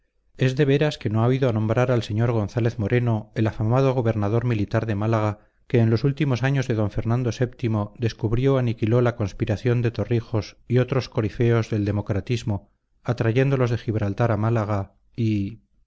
es de veras que no ha oído nombrar al sr gonzález moreno el afamado gobernador militar de málaga que en los últimos años de d fernando vii descubrió y aniquiló la conspiración de torrijos y otros corifeos del democratismo atrayéndolos de gibraltar a málaga y